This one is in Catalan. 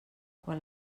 quan